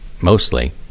mostly